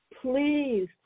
please